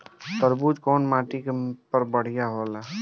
तरबूज कउन माटी पर बढ़ीया होला?